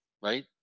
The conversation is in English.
Right